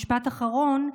משפט אחרון,